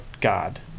God